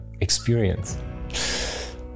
experience